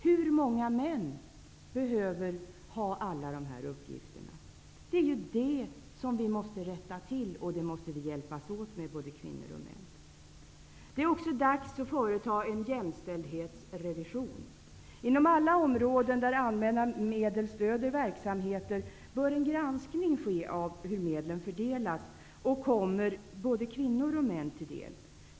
Hur många män behöver ha alla de här uppgifterna? Det är det som vi måste rätta till och hjälpas åt med, både kvinnor och män. Det är också dags att företa en jämställdhetsrevision. Inom alla områden där allmänna medel stöder verksamheten bör en granskning ske av hur medlen fördelas och kommer både kvinnor och män till del.